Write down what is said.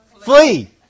flee